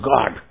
God